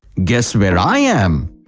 guess where i am?